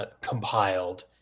compiled